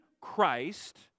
Christ